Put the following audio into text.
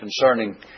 concerning